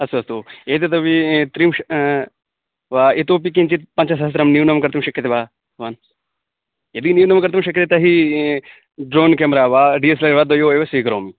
अस्तु अस्तु एतदपि त्रिंश वा इतोपि किञ्चित् पञ्चसहस्रं न्यूनं कर्तुं शक्यते वा भवान् यदि न्यूनं कर्तुं शक्यते तर्ही ड्रोन् क्यम्रा वा डि एस् लर् वा द्वयोः एव स्वीकरोमि